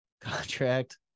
contract